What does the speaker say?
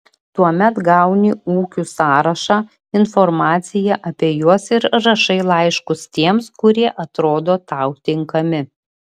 tuomet gauni ūkių sąrašą informaciją apie juos ir rašai laiškus tiems kurie atrodo tau tinkami